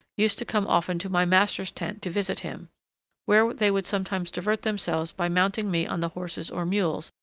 used to come often to my master's tent to visit him where they would sometimes divert themselves by mounting me on the horses or mules,